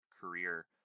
career